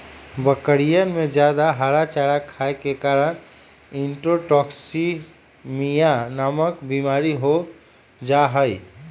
बकरियन में जादा हरा चारा खाये के कारण इंट्रोटॉक्सिमिया नामक बिमारी हो जाहई